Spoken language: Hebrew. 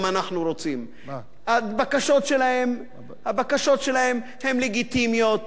הבקשות שלהם הן לגיטימיות, הן לעניין.